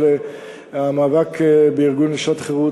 של המאבק בארגון נשי חרות,